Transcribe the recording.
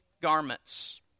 garments